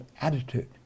attitude